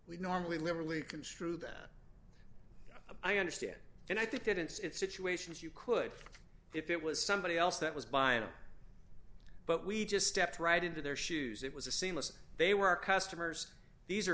we normally liberally construe that i understand and i think that it's situations you could if it was somebody else that was buying it but we just stepped right into their shoes it was a seamless they were our customers these are